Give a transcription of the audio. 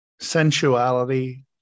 sensuality